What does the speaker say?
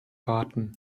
warten